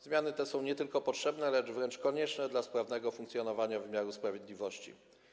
Zmiany te są nie tylko potrzebne, lecz wręcz konieczne dla sprawnego funkcjonowania wymiaru sprawiedliwości.